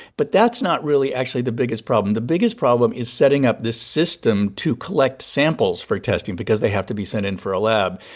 but that's not really, actually the biggest problem. the biggest problem is setting up this system to collect samples for testing because they have to be sent in for a lab.